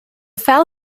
fell